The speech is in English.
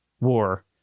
war